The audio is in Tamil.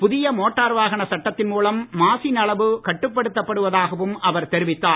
புதிய மோட்டார் வாகன சட்டத்தின் மூலம் மாசின் அளவு கட்டுப்படுத்தப் படுவதாகவும் அவர் தெரிவித்தார்